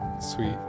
Sweet